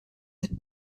that